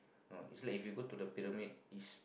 no it's like if you go to pyramid it's